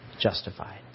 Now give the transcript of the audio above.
Justified